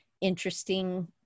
interesting